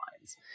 lines